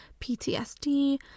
PTSD